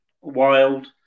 wild